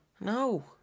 No